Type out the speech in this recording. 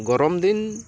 ᱜᱚᱨᱚᱢ ᱫᱤᱱ